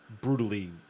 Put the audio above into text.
brutally